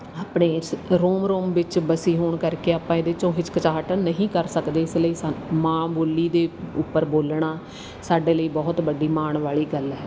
ਆਪਣੇ ਇਸ ਰੋਮ ਰੋਮ ਵਿੱਚ ਵਸੀ ਹੋਣ ਕਰਕੇ ਆਪਾਂ ਇਹਦੇ 'ਚ ਹਿਚਕਚਾਹਟ ਨਹੀਂ ਕਰ ਸਕਦੇ ਇਸ ਲਈ ਸਾਨੂੰ ਮਾਂ ਬੋਲੀ ਦੇ ਉੱਪਰ ਬੋਲਣਾ ਸਾਡੇ ਲਈ ਬਹੁਤ ਵੱਡੀ ਮਾਣ ਵਾਲੀ ਗੱਲ ਹੈ